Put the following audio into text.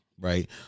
right